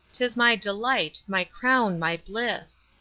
tis my delight, my crown, my bliss.